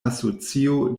asocio